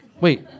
Wait